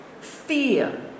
fear